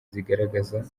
zigaragaza